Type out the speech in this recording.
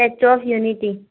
statue of unity